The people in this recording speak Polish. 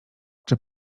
czy